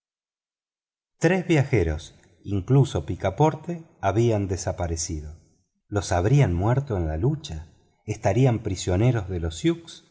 tres viajeros incluso picaporte habían desaparecido los habían muerto en la lucha estarían prisioneros de los